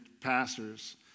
pastors